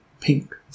pink